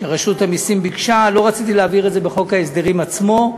שרשות המסים ביקשה בחוק ההסדרים עצמו.